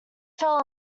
fell